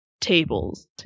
tables